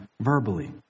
verbally